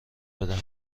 بدهم